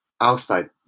outside